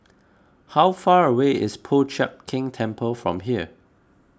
how far away is Po Chiak Keng Temple from here